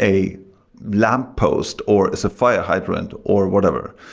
a lamppost, or is a fire hydrant, or whatever.